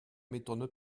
m’étonne